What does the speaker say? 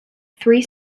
three